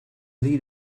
lead